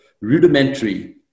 rudimentary